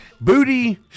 Booty